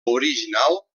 original